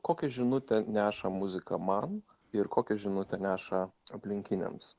kokią žinutę neša muzika man ir kokią žinutę neša aplinkiniams